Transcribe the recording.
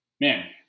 man